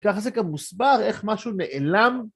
ככה זה כמוסבר איך משהו נעלם.